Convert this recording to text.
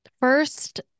first